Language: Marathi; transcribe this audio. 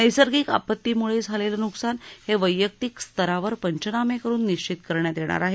नैसर्गिक आपत्तीमुळं झालेल नृकसान हे वैयक्तिक स्तरावर पंचनामे करून निश्वित करण्यात येणार आहे